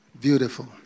Beautiful